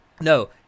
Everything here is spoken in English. no